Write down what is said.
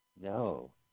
No